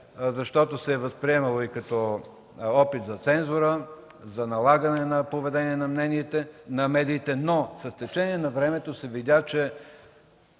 защото се е възприемало и като опит за цензура, за налагане на поведение на медиите. С течение на времето обаче се видя, че